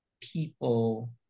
people